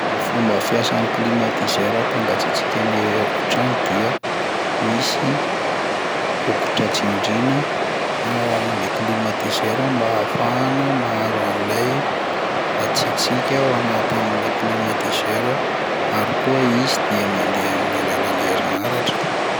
Ny fomba fiasan'ny climatiseur hampangatsiatsiaka ny e- efitrano dia misy bokotra tsindriana ao amin'ilay climatiseur mba hahafahana mahazo an'ilay hatsiatsiaka ao anatin'ilay climatiseur ary koa izy dia mandeha amin'ny alalan'ny herinaratra.